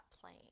plane